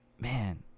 Man